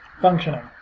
Functioning